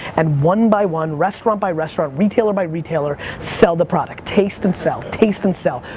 and one by one, restaurant by restaurant, retailer by retailer, sell the product. taste and sell, taste and sell.